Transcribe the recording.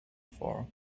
for